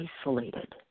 isolated